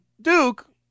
Duke